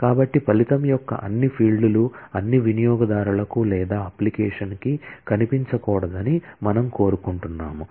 కాబట్టి ఫలితం యొక్క అన్ని ఫీల్డ్లు అన్ని వినియోగదారులకు లేదా అప్లికేషన్ కి కనిపించకూడదని మనము కోరుకుంటున్నాము